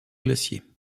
glacier